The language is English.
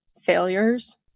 failures